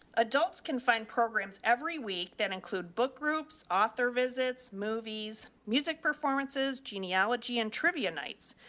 adults can find programs every week, then include book groups, author visits, movies, music performances, genealogy and trivia nights.